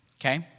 okay